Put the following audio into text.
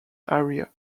area